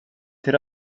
till